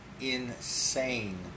insane